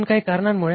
पण काही कारणांमुळे